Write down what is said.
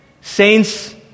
Saints